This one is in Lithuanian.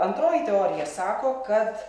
antroji teorija sako kad